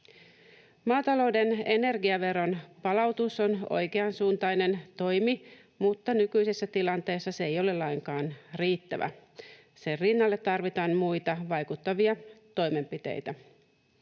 Maatalouden energiaveron palautus on oikeansuuntainen toimi, mutta nykyisessä tilanteessa se ei ole lainkaan riittävä. Sen rinnalle tarvitaan muita vaikuttavia toimenpiteitä.